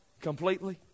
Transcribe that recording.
completely